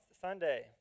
Sunday